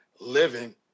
living